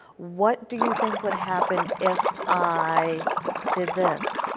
what do you think would happen if i did this.